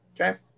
Okay